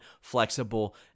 flexible